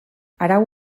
arau